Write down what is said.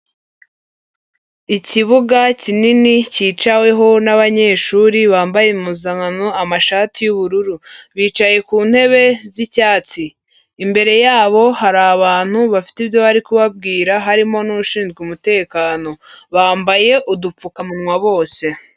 Ikibuga kinini cyicaweho n'abanyeshuri bambaye impuzankano amashati y'ubururu, bicaye ku ntebe z'icyatsi, imbere yabo hari abantu bafite ibyo bari kubabwira harimo n'ushinzwe umutekano, bambaye udupfukamunwa bose.